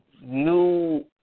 new